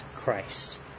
Christ